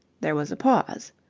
there was a pause.